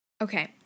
Okay